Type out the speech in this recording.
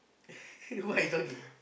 what you talking